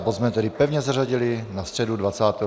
Bod jsme tedy pevně zařadili na středu 27.